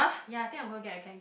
ya I think I'm gonna get a Kanken